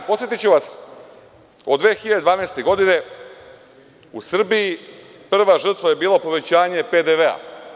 Podsetiću vas, od 2012. godine u Srbiji prva žrtva je bila povećanje PDV.